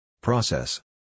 Process